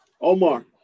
Omar